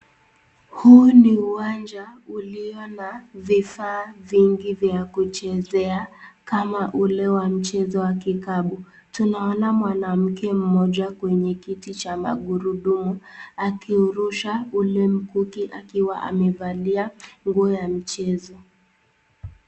Huu ni uwanja ulio na vifaa vingi vya kuchezea kama ule wa mchezo wa kikapu, tunaona mwanamke mmoja kwenye kiti cha magurudumu akiurusha ule mkuki akiwa amevalia nguo ya michezo.